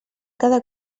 cada